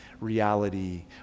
reality